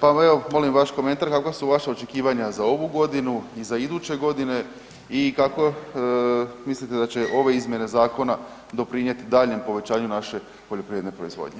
pa evo molim vaš komentar, kako su vaša očekivanja za ovu godinu i za iduće godine i kako mislite da će ove izmjene zakona doprinijeti daljnjem povećanju naše poljoprivredne proizvodnje?